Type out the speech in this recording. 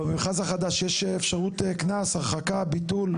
ובמכרז החדש יש אפשרות קנס, הרחקה, ביטול?